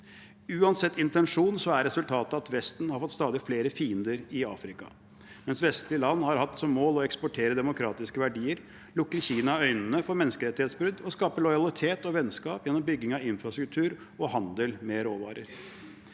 Uansett intensjon er resultatet at Vesten har fått stadig flere fiender i Afrika. Mens vestlige land har hatt som mål å eksportere demokratiske verdier, lukker Kina øynene for menneskerettighetsbrudd og skaper lojalitet og vennskap gjennom bygging av infrastruktur og handel med råvarer.